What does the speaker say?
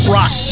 Rock